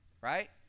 right